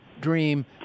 dream